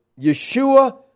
Yeshua